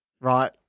Right